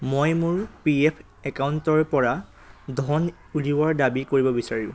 মই মোৰ P F একাউণ্টৰপৰা ধন উলিওৱাৰ দাবী কৰিব বিচাৰোঁ